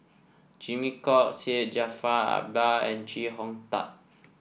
Jimmy Chok Syed Jaafar Albar and Chee Hong Tat